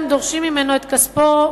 הם דורשים ממנו את כספו,